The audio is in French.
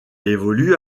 évolue